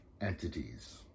entities